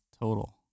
total